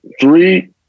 three